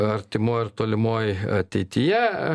artimoj ar tolimoj ateityje